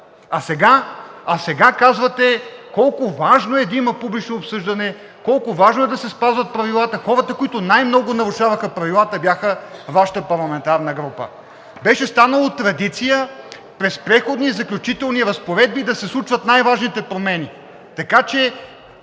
а сега казвате колко важно е да има публично обсъждане, колко важно е да се спазват правилата. Хората, които най-много нарушаваха правилата, бяха Вашата парламентарна група. Беше станало традиция през Преходните и заключителните разпоредби да се случват най-важните промени, така че